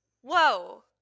Whoa